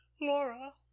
laura